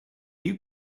you